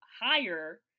higher